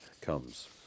comes